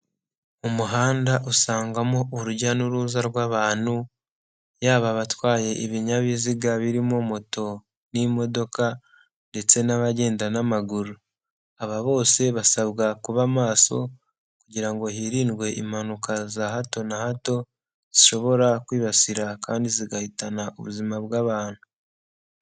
Umuhanda usangamo urujya n'uruza rw'abantu yaba abatwaye ibinyabiziga birimo moto n'imodoka ndetse n'abagenda n'amaguru, aba bose basabwa kuba maso kugira ngo hirindwe impanuka za hato na hato zishobora kwibasira kandi zigahitana ubuzima bw'abantu.